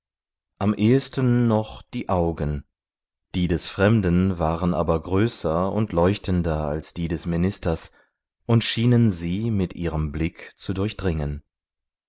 am ehesten noch die augen die des fremden waren aber größer und leuchtender als die des ministers und schienen sie mit ihrem blick zu durchdringen